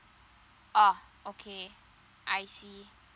oh okay I see